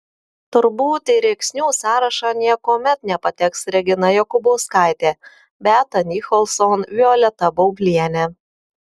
turbūt į rėksnių sąrašą niekuomet nepateks regina jokubauskaitė beata nicholson violeta baublienė